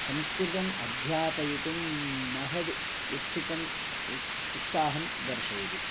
संस्कृतम् अध्यापयितुं महद् उत्सुकम् उत्साहं दर्शयति